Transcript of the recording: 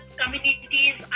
communities